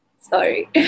Sorry